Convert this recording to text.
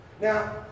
Now